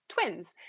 twins